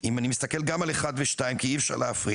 אם אני מסתכל גם על 1 ו- 2 כי אי אפשר להפריד,